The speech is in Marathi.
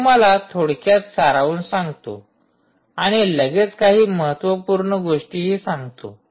मी तुम्हाला थोडक्यात सारांश सांगतो आणि लगेच काही महत्त्वपूर्ण गोष्टीही सांगतो